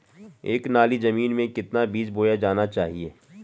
एक नाली जमीन में कितना बीज बोया जाना चाहिए?